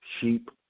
sheep